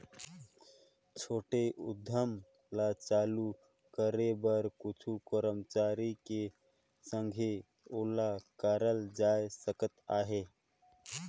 छोटे उद्यम ल चालू करे बर कुछु करमचारी के संघे ओला करल जाए सकत अहे